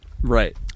Right